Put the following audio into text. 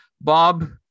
Bob